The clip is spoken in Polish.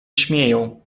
śmieją